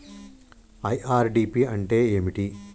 IRDP అంటే ఏమిటి?